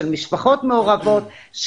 של משפחות מעורבות,